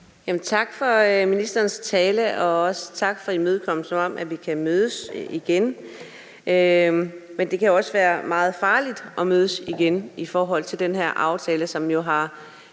Tak for ministerens tale, og også tak for imødekommelsen af, at vi kan mødes igen. Men det kan også være meget farligt at mødes igen i forhold til den her aftale, som jo, kan